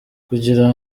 kugira